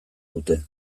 dute